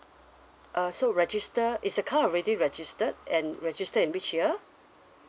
uh so register is the car already registered and registered in which year